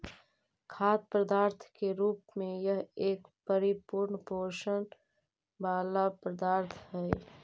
खाद्य पदार्थ के रूप में यह एक परिपूर्ण पोषण वाला पदार्थ हई